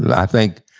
and i think,